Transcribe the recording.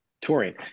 touring